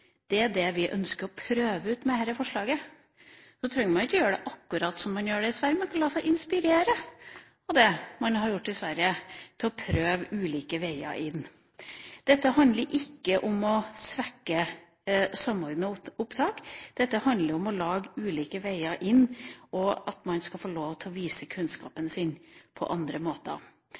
prøve ut med dette forslaget. Man trenger ikke å gjøre det akkurat som man gjør i Sverige, men man kunne la seg inspirere av det man har gjort i Sverige, til å prøve ulike veier inn. Dette handler ikke om å svekke Samordna opptak, dette handler om å lage ulike veier inn og om at man skal få lov til å vise kunnskapen sin på andre måter,